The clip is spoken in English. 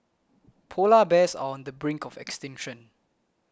Polar Bears are on the brink of extinction